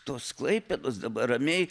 tos klaipėdos dabar ramiai